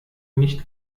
nicht